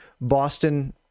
Boston